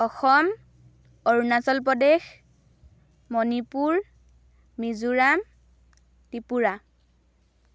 Assam Arunachal Pradesh Manipur Mizoram Tripura